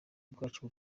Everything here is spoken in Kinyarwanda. bwacu